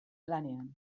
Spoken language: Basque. lanean